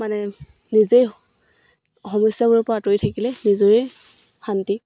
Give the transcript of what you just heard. মানে নিজেই সমস্যাবোৰৰ পৰা আঁতৰি থাকিলে নিজৰেই শান্তি